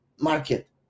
market